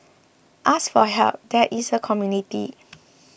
ask for help there is a community